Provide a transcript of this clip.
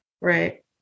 Right